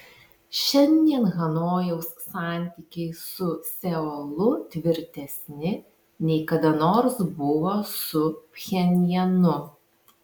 šiandien hanojaus santykiai su seulu tvirtesni nei kada nors buvo su pchenjanu